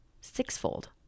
Sixfold